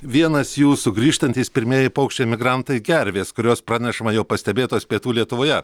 vienas jų sugrįžtantys pirmieji paukščiai migrantai gervės kurios pranešama jau pastebėtos pietų lietuvoje